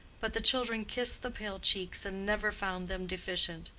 but the children kissed the pale cheeks and never found them deficient.